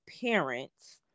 parents